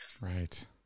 Right